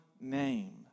name